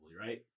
right